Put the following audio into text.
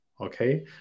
okay